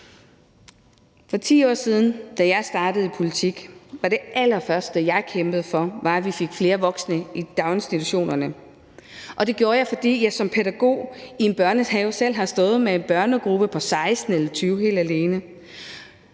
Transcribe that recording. For 10 år siden, da jeg startede i politik, var det allerførste, jeg kæmpede for, at vi fik flere voksne i daginstitutionerne. Det gjorde jeg, fordi jeg som pædagog i en børnehave selv har stået med en børnegruppe på 16 eller 20 helt alene,